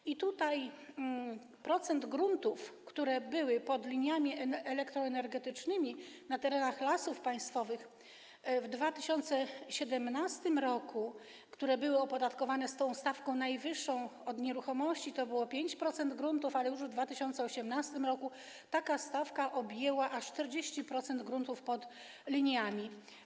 Jeśli chodzi o procent gruntów, które były pod liniami elektroenergetycznymi na terenach Lasów Państwowych w 2017 r. i które były opodatkowane stawką najwyższą podatku od nieruchomości, to było 5% gruntów, ale już w 2018 r. taka stawka objęła aż 40% gruntów pod liniami.